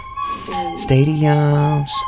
stadiums